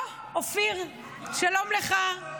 אוה, אופיר, שלום לך.